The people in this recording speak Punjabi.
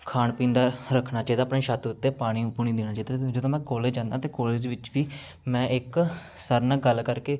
ਖਾਣ ਪੀਣ ਦਾ ਰੱਖਣਾ ਚਾਹੀਦਾ ਆਪਣੇ ਛੱਤ ਉੱਤੇ ਪਾਣੀ ਪੂਣੀ ਦੇਣਾ ਚਾਹੀਦਾ ਅਤੇ ਜਦੋਂ ਮੈਂ ਕੋਲਜ ਜਾਂਦਾ ਅਤੇ ਕੋਲਜ ਵਿੱਚ ਵੀ ਮੈਂ ਇੱਕ ਸਰ ਨਾਲ ਗੱਲ ਕਰਕੇ